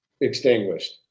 extinguished